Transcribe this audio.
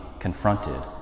confronted